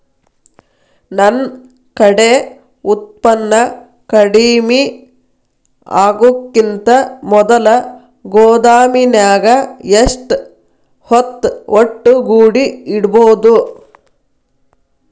ನನ್ ಕಡೆ ಉತ್ಪನ್ನ ಕಡಿಮಿ ಆಗುಕಿಂತ ಮೊದಲ ಗೋದಾಮಿನ್ಯಾಗ ಎಷ್ಟ ಹೊತ್ತ ಒಟ್ಟುಗೂಡಿ ಇಡ್ಬೋದು?